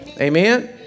amen